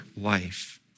life